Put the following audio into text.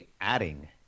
adding